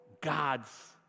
God's